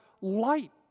light